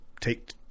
take